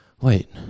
wait